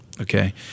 okay